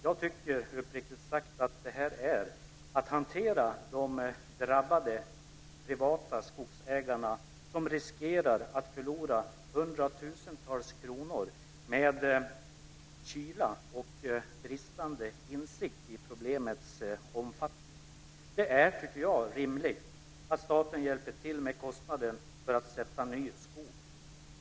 Jag tycker uppriktigt sagt att det här är att hantera de drabbade privata skogsägarna, som riskerar att förlora hundratusentals kronor, med kyla och bristande insikt om problemets omfattning. Det är, tycker jag, rimligt att staten hjälper till med kostnaden för att sätta ny skog.